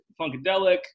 funkadelic